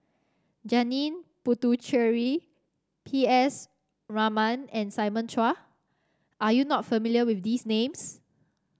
Janil Puthucheary P S Raman and Simon Chua are you not familiar with these names